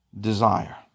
desire